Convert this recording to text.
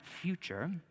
future